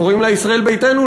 קוראים לה ישראל ביתנו,